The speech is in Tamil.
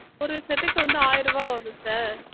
ஒரு செட்டுக்கு வந்து ஆயரூவா வருது சார்